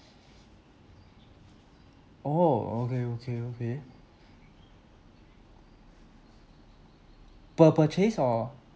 oh okay okay okay per purchase or